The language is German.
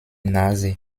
nase